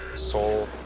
seoul.